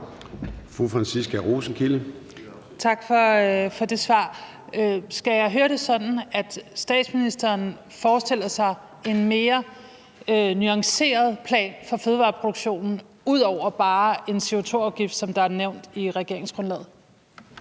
Franciska Rosenkilde (ALT): Tak for det svar. Skal jeg forstå det sådan, at statsministeren forestiller sig en mere nuanceret plan for fødevareproduktionen, end at den bare indeholder en CO2-afgift, som er det, der er nævnt i regeringsgrundlaget?